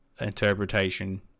interpretation